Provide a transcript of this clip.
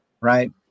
right